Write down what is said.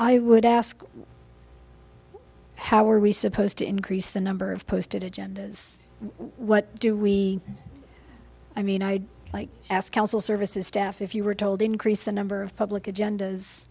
i would ask how are we supposed to increase the number of posted agendas what do we i mean i'd like to ask helpful services staff if you were told increase the number of public agendas